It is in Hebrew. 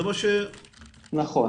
נכון.